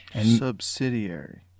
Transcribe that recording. Subsidiary